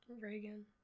Reagan